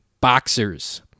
boxers